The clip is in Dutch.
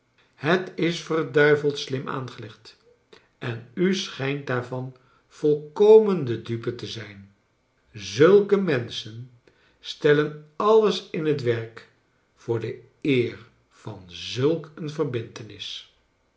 het is verduivelcl slim aangelegd en u schijnt daarvan volkomen de dupe te zijn zulke menschen stellen alles in het werk voor de eer van zulk een